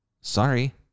Sorry